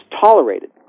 tolerated